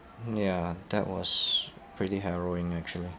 ya that was pretty harrowing actually